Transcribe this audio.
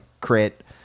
crit